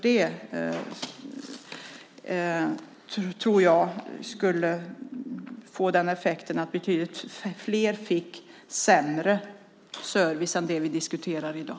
Det skulle få effekten att betydligt fler fick sämre service än den vi diskuterar i dag.